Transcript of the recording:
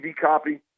copy